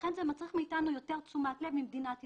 ולכן זה מצריך מאיתנו יותר תשומת לב ממדינת ישראל.